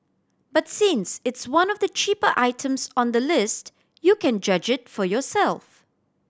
but since it's one of the cheaper items on the list you can judge it for yourself